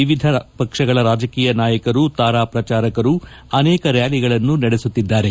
ವಿವಿಧ ಪಕ್ಷಗಳ ರಾಜಕೀಯ ನಾಯಕರು ತಾರಾ ಪ್ರಚಾರಕರು ಅನೇಕ ರ್ನಾಲಿಗಳನ್ನು ನಡೆಸುತ್ತಿದ್ಲಾರೆ